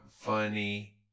funny